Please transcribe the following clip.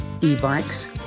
e-bikes